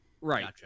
Right